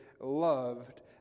loved